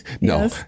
No